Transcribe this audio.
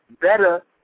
better